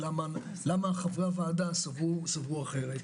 למה חברי הוועדה סברו אחרת.